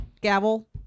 gavel